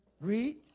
Read